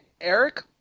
Eric